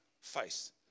face